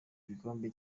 gikombe